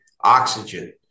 oxygen